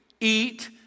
Eat